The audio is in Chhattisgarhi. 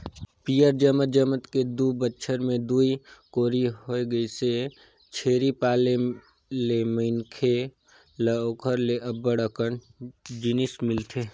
पियंर जमत जमत के दू बच्छर में दूई कोरी होय गइसे, छेरी पाले ले मनखे ल ओखर ले अब्ब्ड़ अकन जिनिस मिलथे